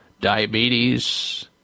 diabetes